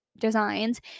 designs